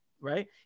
Right